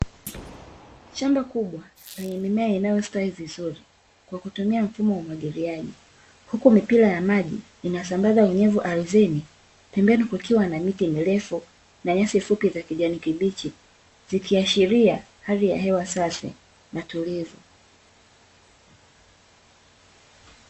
Shamba kubwa lenye mimea inayositawi vizuri kwa kutumia mfumo wa umwagiliaji, huku mipira ya maji inasambaza unyevu ardhini, pembeni kukiwa na miti mirefu na nyasi fupi za kijani kibichi, zikiashiria hali ya hewa safi na tulivu.